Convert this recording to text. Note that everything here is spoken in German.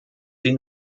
sie